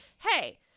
Hey